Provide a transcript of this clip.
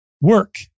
work